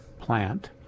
plant